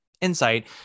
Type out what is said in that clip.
insight